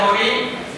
וההורים,